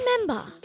Remember